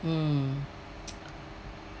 mm